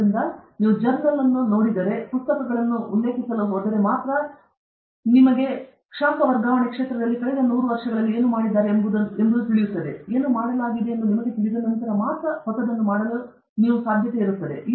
ಆದ್ದರಿಂದ ನೀವು ಜರ್ನಲ್ಗಳಿಗೆ ಹೋದರೆ ಮಾತ್ರ ನೀವು ಪುಸ್ತಕಗಳನ್ನು ಉಲ್ಲೇಖಿಸಲು ಹೋದರೆ ಮಾತ್ರ ನೀವು ಪಠ್ಯ ಪುಸ್ತಕಗಳಿಗೆ ಹೋದರೆ ಮಾತ್ರ ಶಾಖ ವರ್ಗಾವಣೆಯಲ್ಲಿ ನೀವು ಕಳೆದ 100 ವರ್ಷಗಳಲ್ಲಿ ಏನು ಮಾಡಿದ್ದಾರೆ ಎಂಬುದನ್ನು ತಿಳಿಯುವಿರಿ ಏನು ಮಾಡಲಾಗಿದೆಯೆಂದು ನಿಮಗೆ ತಿಳಿದ ನಂತರ ಮಾತ್ರ ಹೊಸದನ್ನು ಮಾಡಲು ನೀವು ಸಾಧ್ಯತೆ ಇರುತ್ತದೆ